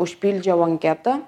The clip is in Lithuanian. užpildžiau anketą